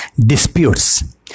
disputes